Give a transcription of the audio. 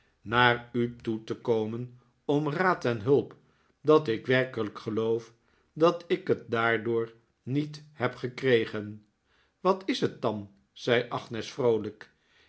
naar u toe te komen om raad en hulp dat ik werkelijk geloof dat ik het daardoor niet heb gekregen wat is het dan zei agnes vroolijk